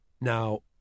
Now